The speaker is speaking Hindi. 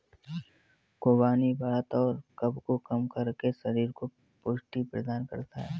खुबानी वात और कफ को कम करके शरीर को पुष्टि प्रदान करता है